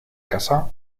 casa